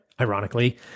ironically